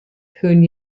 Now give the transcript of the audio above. hören